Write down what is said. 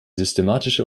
systematische